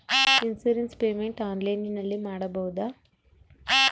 Insurance payment ಆನ್ಲೈನಿನಲ್ಲಿ ಮಾಡಬಹುದಾ?